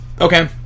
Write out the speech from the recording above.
Okay